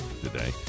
today